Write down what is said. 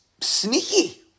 sneaky